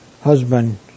husband